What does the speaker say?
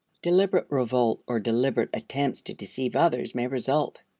deliberate revolt or deliberate attempts to deceive others may result.